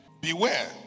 Beware